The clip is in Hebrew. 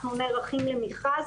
אנחנו נערכים למכרז